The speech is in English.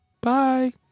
bye